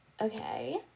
okay